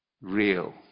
real